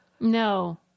No